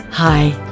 Hi